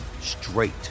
straight